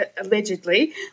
allegedly